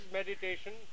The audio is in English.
meditation